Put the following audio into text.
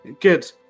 Good